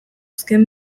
azken